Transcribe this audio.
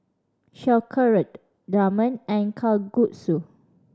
Sauerkraut Ramen and Kalguksu